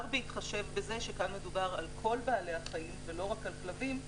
בזה שכאן מדובר על כל בעלי החיים ולא רק על כלבים.